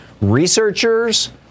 researchers